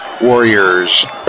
warriors